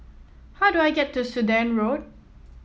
how do I get to Sudan Road